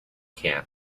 can